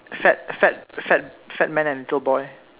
fat fat fat fat man and little boy